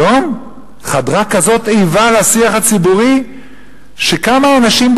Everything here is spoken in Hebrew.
היום חדרה כזאת איבה לשיח הציבורי שכמה אנשים,